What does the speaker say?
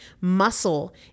Muscle